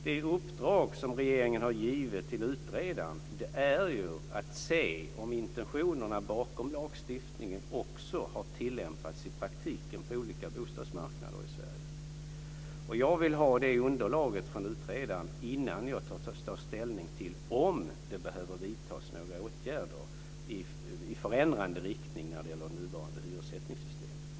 Det uppdrag som regeringen har gett till utredaren är att se om intentionerna bakom lagstiftningen också har tillämpats i praktiken på olika bostadsmarknader i Sverige. Jag vill ha det underlaget från utredaren innan jag tar ställning till om det behöver vidtas några åtgärder i förändrande riktning när det gäller det nuvarande hyressättningssystemet.